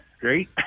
great